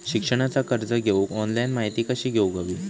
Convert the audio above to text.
शिक्षणाचा कर्ज घेऊक ऑनलाइन माहिती कशी घेऊक हवी?